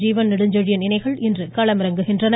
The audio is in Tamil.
ஜீவன்நெடுஞ்செழியன் இணைகள் இன்று களமிறங்குகின்றன